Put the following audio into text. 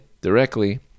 directly